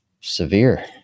severe